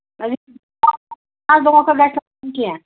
کیٚنٛہہ